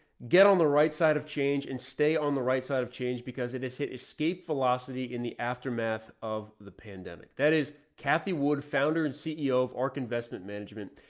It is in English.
get on the road, right side of change and stay on the right side of change because it has hit escape velocity in the aftermath of the pandemic that is kathy wood, founder and ceo of ark investment management.